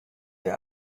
der